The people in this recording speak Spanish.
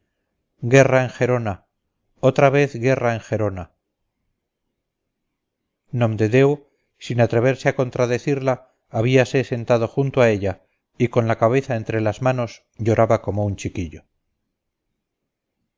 guerra en gerona otra vez guerra en gerona nomdedeu sin atreverse a contradecirla habíase sentado junto a ella y con la cabeza entre las manos lloraba como un chiquillo